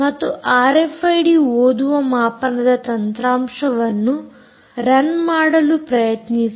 ಮತ್ತು ಆರ್ಎಫ್ಐಡಿ ಓದುವ ಮಾಪನದ ತಂತ್ರಾಂಶವನ್ನು ರನ್ ಮಾಡಲು ಪ್ರಯತ್ನಿಸಿ